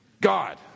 god